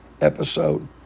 episode